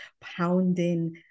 pounding